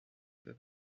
peu